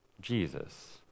Jesus